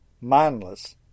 mindless